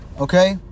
Okay